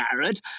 Garrett